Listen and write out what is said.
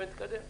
ונתקדם.